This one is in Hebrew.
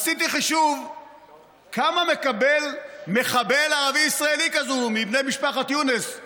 עשיתי חישוב כמה מקבל מחבל ערבי ישראלי כזה מבני משפחת יונס,